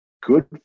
good